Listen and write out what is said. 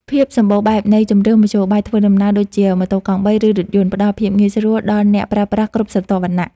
ភាពសម្បូរបែបនៃជម្រើសមធ្យោបាយធ្វើដំណើរដូចជា ម៉ូតូកង់បី ឬរថយន្ត ផ្ដល់ភាពងាយស្រួលដល់អ្នកប្រើប្រាស់គ្រប់ស្រទាប់វណ្ណៈ។